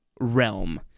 realm